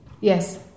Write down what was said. yes